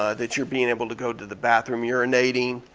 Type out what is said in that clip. ah that you're being able to go to the bathroom urinating.